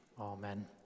amen